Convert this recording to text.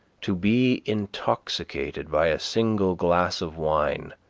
to be intoxicated by a single glass of wine